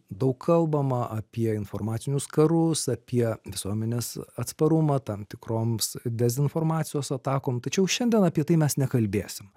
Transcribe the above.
daug kalbama apie informacinius karus apie visuomenės atsparumą tam tikroms dezinformacijos atakom tačiau šiandien apie tai mes nekalbėsim